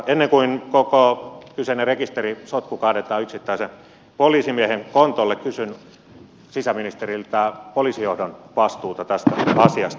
ennen kuin koko kyseinen rekisterisotku kaadetaan yksittäisen poliisimiehen kontolle kysyn sisäministeriltä poliisijohdon vastuuta tästä asiasta